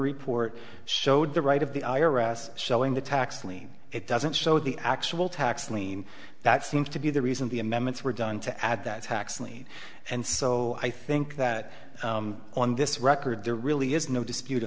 report showed the right of the i r s showing the tax lien it doesn't show the actual tax lien that seems to be the reason the amendments were done to add that tax lien and so i think that on this record there really is no dispute a